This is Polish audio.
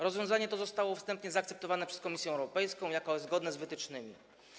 Rozwiązanie to zostało wstępnie zaakceptowane przez Komisję Europejską jako zgodne z wytycznymi.